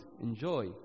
Enjoy